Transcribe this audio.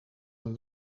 een